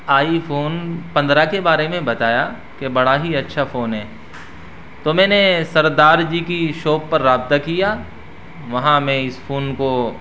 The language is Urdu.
آئی فون پندرہ کے بارے میں بتایا کہ بڑا ہی اچھا فون ہے تو میں نے سردار جی کی شاپ پر رابطہ کیا وہاں میں اس فون کو